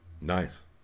Nice